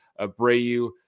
Abreu